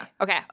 okay